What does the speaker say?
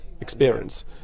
experience